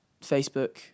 Facebook